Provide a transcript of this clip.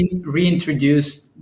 reintroduced